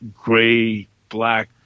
gray-black